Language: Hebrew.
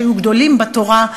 שהיו גדולים בתורה,